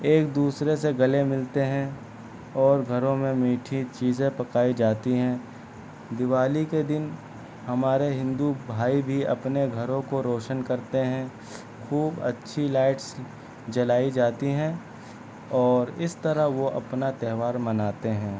ایک دوسرے سے گلے ملتے ہیں اور گھروں میں میٹھی چیزیں پکائی جاتی ہیں دیوالی کے دن ہمارے ہندو بھائی بھی اپنے گھروں کو روشن کرتے ہیں خوب اچھی لائٹس جلائی جاتی ہیں اور اس طرح وہ اپنا تہوار مناتے ہیں